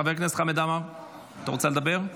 חבר הכנסת חמד עמאר, אתה רוצה לדבר?